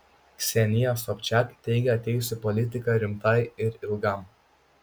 ksenija sobčiak teigia atėjusi į politiką rimtai ir ilgam